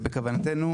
בכוונתנו